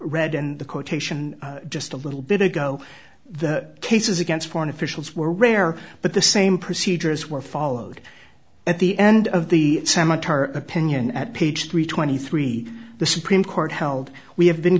read and the quotation just a little bit ago the cases against foreign officials were rare but the same procedures were followed at the end of the samatar opinion at page three twenty three the supreme court held we have been